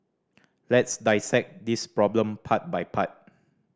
let's dissect this problem part by part